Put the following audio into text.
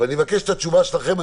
אני מבקש את התשובה שלכם.